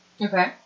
Okay